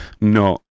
no